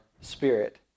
spirit